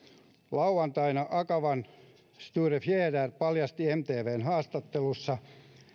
lauantaina akavan sture fjäder paljasti mtvn haastattelussa